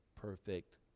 perfect